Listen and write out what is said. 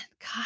God